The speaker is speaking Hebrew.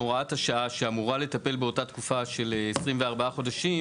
הוראת השעה שאמורה לטפל באותה תקופה של 24 חודשים,